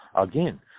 Again